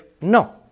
No